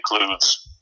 includes